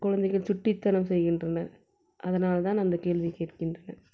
குழந்தைகள் சுட்டித்தனம் செய்கின்றனர் அதனால் தான் அந்த கேள்வியை கேட்கின்றனர்